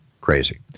Crazy